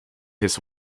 his